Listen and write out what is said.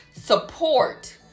support